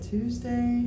Tuesday